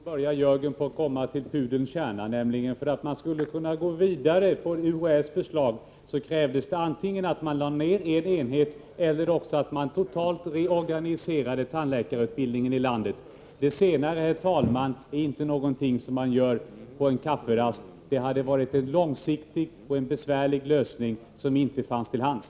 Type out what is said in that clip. Herr talman! Nu börjar Jörgen Ullenhag komma till pudelns kärna. För att man skulle kunna gå vidare från UHÄ:s förslag krävdes det antingen att man lade ned en enhet eller också att man totalt reorganiserade tandläkarutbildningen ilandet. Det senare, herr talman, är inte någonting som man gör på en kafferast. Det hade varit en långsiktig och en besvärlig lösning som inte fanns till hands.